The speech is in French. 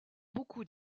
beaucoup